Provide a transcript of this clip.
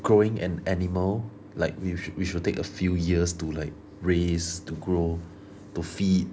growing an animal like we should we should take a few years to like raise to grow to feed